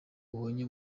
ubonye